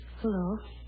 Hello